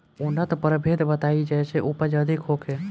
उन्नत प्रभेद बताई जेसे उपज अधिक होखे?